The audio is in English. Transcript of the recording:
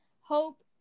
hope